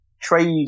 trade